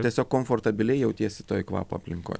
tiesiog komfortabiliai jautiesi toj kvapo aplinkoj